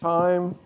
time